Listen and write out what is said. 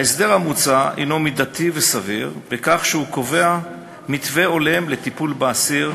ההסדר המוצע הוא מידתי וסביר בכך שהוא קובע מתווה הולם לטיפול באסיר,